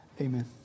Amen